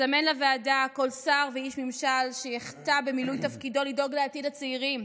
אזמן לוועדה כל שר ואיש ממשל שיחטא במילוי תפקידו לדאוג לעתיד הצעירים.